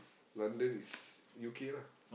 London is U_K lah